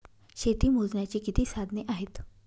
शेती मोजण्याची किती साधने आहेत?